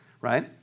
right